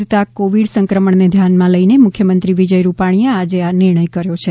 વધતાં કોવિડ સંક્રમણને ધ્યાનમાં લઈ મુખ્યમંત્રી વિજય રૂપાણીએ આજે આ નિર્ણય કર્યો છે